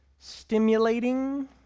stimulating